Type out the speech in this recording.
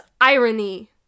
irony